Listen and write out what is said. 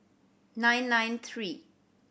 nine nine three